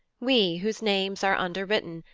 we whose names are under-written,